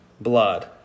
blood